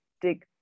dig